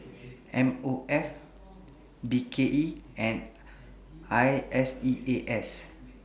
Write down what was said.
M O F B K E and I S E A S